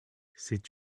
c’est